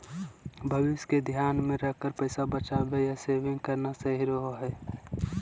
भविष्य के ध्यान मे रखकर पैसा बचावे या सेविंग करना सही रहो हय